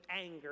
anger